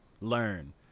Learn